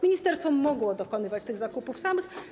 Ministerstwo mogło dokonywać tych zakupów samo.